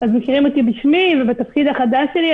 אתם מכירים אותי בשמי ובתפקיד החדש שלי,